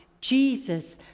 jesus